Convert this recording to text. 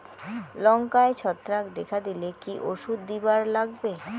লঙ্কায় ছত্রাক দেখা দিলে কি ওষুধ দিবার লাগবে?